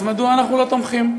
אז מדוע אנחנו לא תומכים?